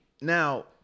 now